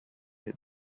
had